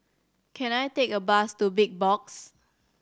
can I take a bus to Big Box